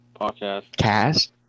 Podcast